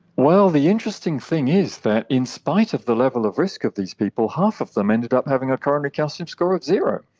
well, the interesting thing is that in spite of the level of risk of these people, half of them ended up having a coronary calcium score of zero,